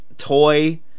toy